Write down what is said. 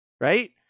right